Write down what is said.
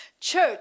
Church